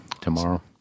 tomorrow